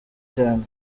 cyane